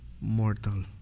mortal